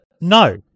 No